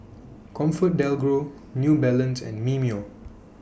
ComfortDelGro New Balance and Mimeo